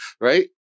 Right